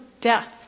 death